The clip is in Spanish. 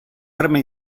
arma